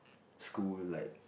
school in like